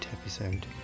episode